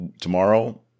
Tomorrow